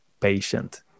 patient